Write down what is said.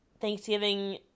Thanksgiving